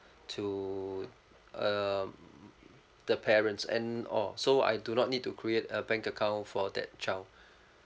to um the parents and oh so I do not need to create a bank account for that child